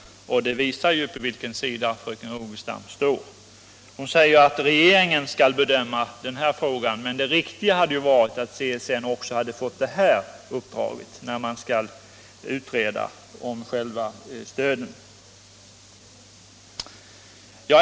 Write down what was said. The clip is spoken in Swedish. Detta visar ju på vilken sida fröken Rogestam står. Hon säger att regeringen skall bedöma den här frågan. Men det riktiga hade varit att CSN hade fått detta uppdrag, när man nu skall utreda själva studiestöden.